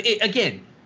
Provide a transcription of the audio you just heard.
again